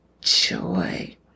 joy